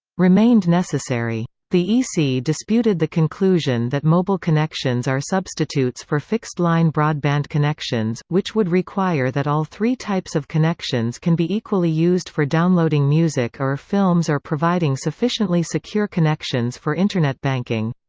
remained necessary. the ec disputed the conclusion that mobile connections are substitutes for fixed-line broadband connections, which would require that all three types of connections can be equally used for downloading music or films or providing sufficiently secure connections for internet banking.